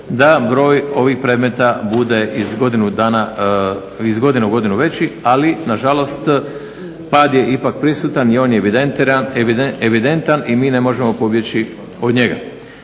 da broj ovih predmeta bude iz godine u godinu veći, ali nažalost pad je ipak prisutan i on je evidentan i mi ne možemo pobjeći od njega.